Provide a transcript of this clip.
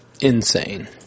insane